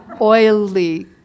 oily